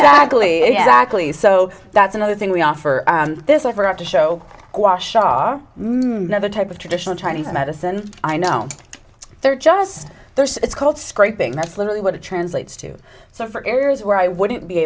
exactly exactly so that's another thing we offer this i forgot to show wash are never type of traditional chinese medicine i know they're just they're it's called scraping that's literally what it translates to so for areas where i wouldn't be